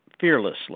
fearlessly